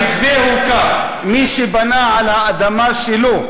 המתווה הוא כך: מי שבנה על האדמה שלו,